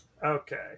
Okay